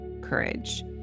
courage